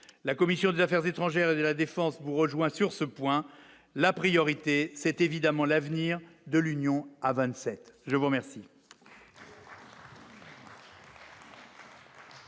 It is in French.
la commission des Affaires étrangères de la défense, vous rejoint sur ce point, la priorité, c'est évidemment l'avenir de l'Union à 27 je vous remercie.